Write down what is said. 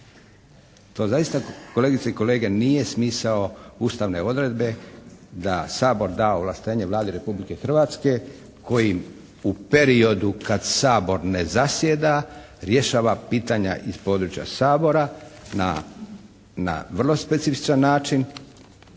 To zaista kolegice i kolege, nije smisao ustavne odredbe da Sabor da ovlaštenje Vladi Republike Hrvatske kojim u periodu kad Sabor ne zasjeda rješava pitanja iz područja Sabora na vrlo specifičan način.